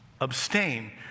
abstain